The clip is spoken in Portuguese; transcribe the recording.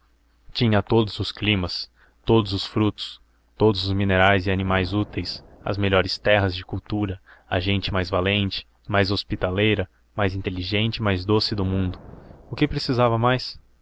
tinha todos os climas todos os frutos todos os minerais e animais úteis as melhores terras de cultura a gente mais valente mais hospitaleira mais inteligente e mais doce do mundo o que precisava mais